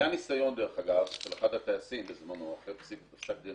היה ניסיון של אחד הטייסים בזמנו אחרי פסק דין